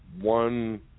one